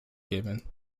given